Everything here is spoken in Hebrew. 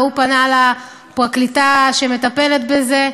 והוא פנה לפרקליטה שמטפלת בזה.